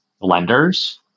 lenders